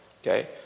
Okay